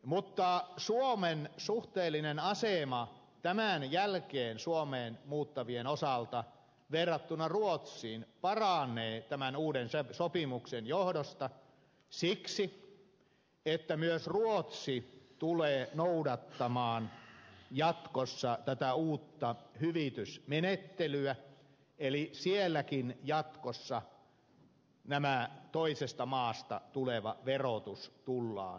mutta suomen suhteellinen asema tämän jälkeen suomeen muuttavien osalta verrattuna ruotsiin paranee tämän uuden sopimuksen johdosta siksi että myös ruotsi tulee noudattamaan jatkossa tätä uutta hyvitysmenettelyä eli sielläkin jatkossa tämä toisesta maasta tuleva verotus tullaan huomioimaan